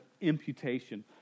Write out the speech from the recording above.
imputation